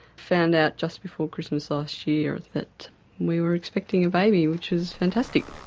found out just before christmas last year that we were expecting a baby, which was fantastic.